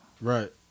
Right